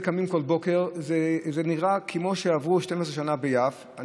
זה נראה כמו שעברו 12 שנה ביעף.